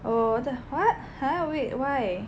oh the what !huh! wait why